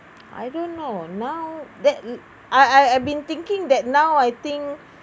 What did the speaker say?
I don't know now that mm I I've been thinking that now I think